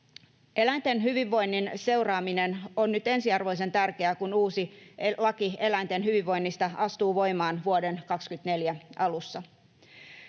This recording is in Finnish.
Eläinten hyvinvoinnin seuraaminen on nyt ensiarvoisen tärkeää, kun uusi laki eläinten hyvinvoinnista astuu voimaan vuoden 24 alussa.